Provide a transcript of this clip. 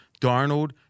Darnold